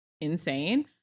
insane